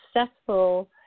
successful